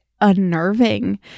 unnerving